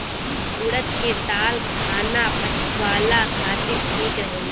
उड़द के दाल खाना पचावला खातिर ठीक रहेला